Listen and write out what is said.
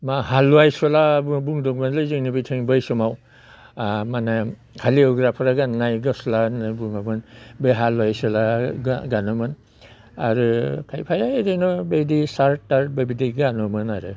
मा हालुवाय सुलाबो बुंदोंमोनलै जोंनि बिथिं बै समाव माने खालि एवग्राफोरा गाननाय गस्ला होनना बुङोमोन बे हालुवा इसोला गानोमोन आरो खायफाया इरैनो बेदि शार्ट थार्थ बेबायदि गानोमोन आरो